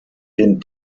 den